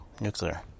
Nuclear